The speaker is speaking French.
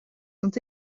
sont